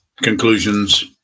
conclusions